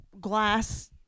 glass